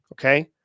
Okay